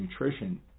nutrition